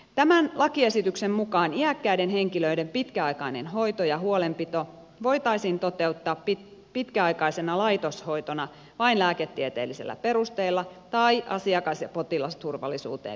tämän lakiesityksen mukaan iäkkäiden henkilöiden pitkäaikainen hoito ja huolenpito voitaisiin toteuttaa pitkäaikaisena laitoshoitona vain lääketieteellisillä perusteilla tai asiakas ja potilasturvallisuuteen liittyvillä perusteilla